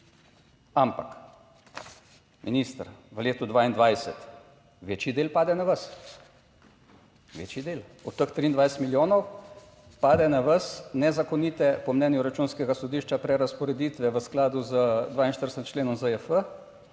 Ampak minister, v letu 2022 večji del pade na vas, večji del od teh 23 milijonov pade na vas nezakonite po mnenju Računskega sodišča prerazporeditve v skladu z 42. členom ZJF,